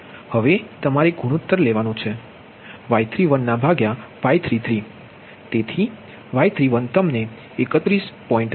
હવે તમારે ગુણોત્તર લેવાનો Y31 ના ભગ્યા Y33 તેથી Y31 તમને 31